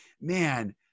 man